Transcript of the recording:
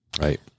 Right